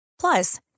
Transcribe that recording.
Plus